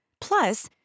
Plus